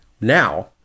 Now